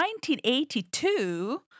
1982